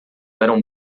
eram